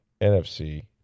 NFC